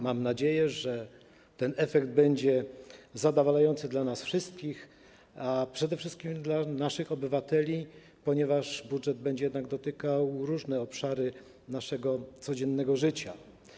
Mam nadzieję, że ten efekt będzie zadawalający dla nas wszystkich, a przede wszystkim dla naszych obywateli, ponieważ budżet będzie jednak dotyczył różnych obszarów naszego codziennego życia.